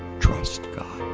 trust god